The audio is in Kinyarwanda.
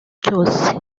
cyose